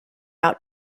out